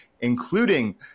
including